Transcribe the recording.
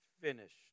finished